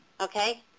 okay